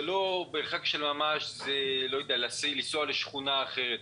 ש"מרחק של ממש" זה לא לנסוע לשכונה אחרת.